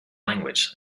language